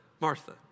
Martha